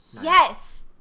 Yes